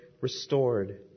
restored